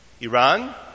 Iran